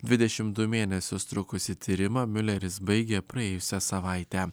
dvidešimt du mėnesius trukusį tyrimą mileris baigė praėjusią savaitę